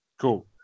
Cool